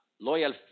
loyal